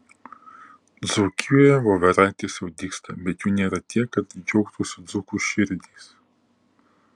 dzūkijoje voveraitės jau dygsta bet jų nėra tiek kad džiaugtųsi dzūkų širdys